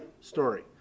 story